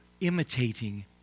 imitating